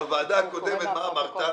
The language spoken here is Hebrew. בוועדה הקודמת מה אמרת?